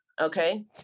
okay